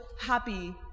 happy